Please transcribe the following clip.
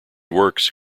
works